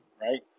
right